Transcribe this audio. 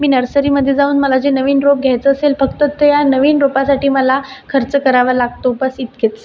मी नर्सरीमध्ये जाऊन मला जे नवीन रोप घ्यायचं असेल फक्त ते या नवीन रोपासाठी मला खर्च करावा लागतो बस इतकेच